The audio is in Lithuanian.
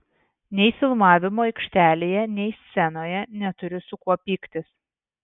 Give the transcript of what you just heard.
nei filmavimo aikštelėje nei scenoje neturiu su kuo pyktis